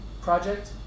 project